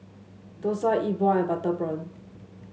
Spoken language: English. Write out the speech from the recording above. dosa Yi Bua and Butter Prawn